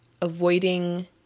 avoiding